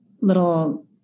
little